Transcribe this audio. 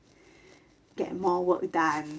get more work done